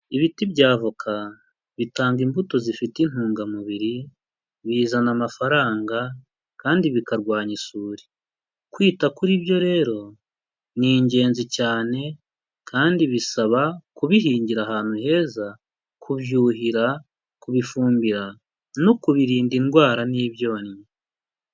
Ibiti bya voka bitanga imbuto zifite intungamubiri, bizana amafaranga kandi bikarwanya isuri, kwita kuri byo rero ni ingenzi cyane kandi bisaba kubihingira ahantu heza, kubyuhira, kubifumbira no kubirinda indwara n'ibyonnyi.